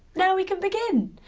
now we can begin.